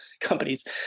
companies